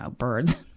ah birds.